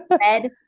red